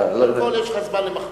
קודם כול, יש לך זמן למכביר.